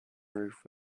roof